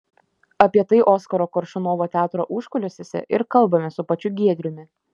apie tai oskaro koršunovo teatro užkulisiuose ir kalbamės su pačiu giedriumi